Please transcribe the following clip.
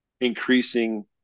increasing